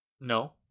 no